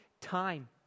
time